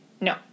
No